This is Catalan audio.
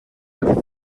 per